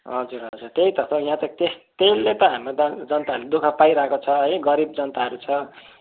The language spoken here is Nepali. हजुर हजुर त्यही त यहाँ त त्यहीले त हाम्रो जनताहरूले दुखः पाइरहेको छ है गरिब जनताहरू छ